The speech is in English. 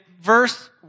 verse